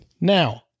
Now